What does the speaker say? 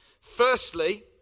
Firstly